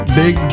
big